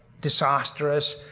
disastrous,